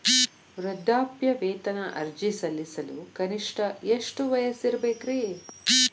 ವೃದ್ಧಾಪ್ಯವೇತನ ಅರ್ಜಿ ಸಲ್ಲಿಸಲು ಕನಿಷ್ಟ ಎಷ್ಟು ವಯಸ್ಸಿರಬೇಕ್ರಿ?